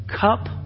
cup